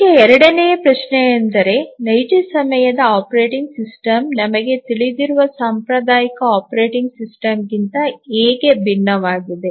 ಈಗ ಎರಡನೆಯ ಪ್ರಶ್ನೆಯೆಂದರೆ ನೈಜ ಸಮಯದ ಆಪರೇಟಿಂಗ್ ಸಿಸ್ಟಮ್ ನಮಗೆ ತಿಳಿದಿರುವ ಸಾಂಪ್ರದಾಯಿಕ ಆಪರೇಟಿಂಗ್ ಸಿಸ್ಟಮ್ಗಿಂತ ಹೇಗೆ ಭಿನ್ನವಾಗಿದೆ